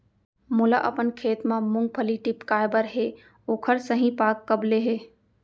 मोला अपन खेत म मूंगफली टिपकाय बर हे ओखर सही पाग कब ले हे?